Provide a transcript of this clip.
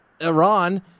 Iran